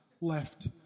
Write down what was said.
left